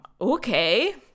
okay